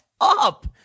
up